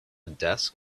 desk